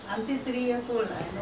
you have seen your father work or not